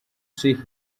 see